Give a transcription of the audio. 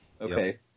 Okay